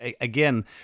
Again